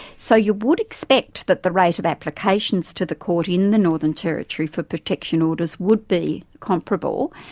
so you would expect that the rate of applications to the court in the northern territory for protection orders would be comparable,